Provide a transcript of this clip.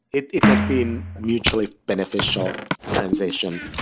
it it has been mutually beneficial transition.